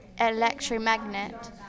electromagnet